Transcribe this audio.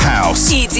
House